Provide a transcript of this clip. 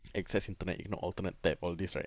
access internet you cannot alternate tab all this right